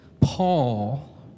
Paul